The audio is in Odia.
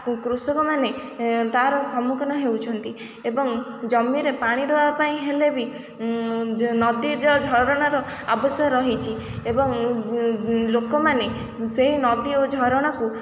କୃଷକମାନେ ତା'ର ସମ୍ମୁଖୀନ ହେଉଛନ୍ତି ଏବଂ ଜମିରେ ପାଣି ଦେବା ପାଇଁ ହେଲେ ବି ନଦୀର ଝରଣାର ଆବଶ୍ୟକ ରହିଛି ଏବଂ ଲୋକମାନେ ସେଇ ନଦୀ ଓ ଝରଣାକୁ